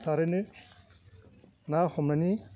थारैनो ना हमनायनि